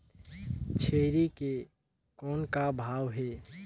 छेरी के कौन भाव हे?